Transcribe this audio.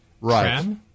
Right